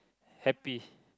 happy